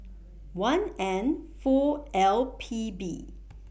one N four L P B